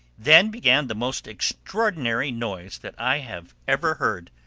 then began the most extraordinary noise that i have ever heard.